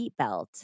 seatbelt